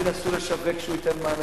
ינסו לשווק שהוא ייתן מענה,